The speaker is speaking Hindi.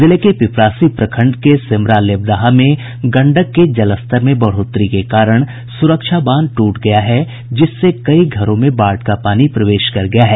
जिले के पिपरासी प्रखंड के सेमरा लेबदाहा में गंडक के जलस्तर में बढ़ोतरी के कारण सुरक्षा बांध टूट गया है जिससे कई घरों में बाढ़ का पानी प्रवेश कर गया है